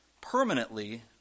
permanently